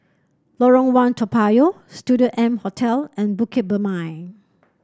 Lorong One Toa Payoh Studio M Hotel and Bukit Purmei